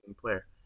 player